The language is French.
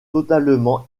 totalement